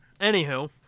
Anywho